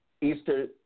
Easter